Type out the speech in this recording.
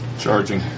Charging